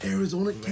Arizona